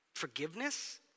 Forgiveness